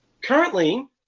currently